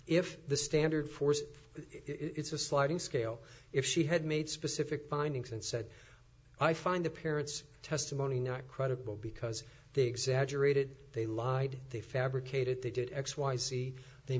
if the standard force it's a sliding scale if she had made specific findings and said i find the parents testimony not credible because they exaggerated they lied they fabricated